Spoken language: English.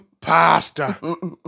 Pasta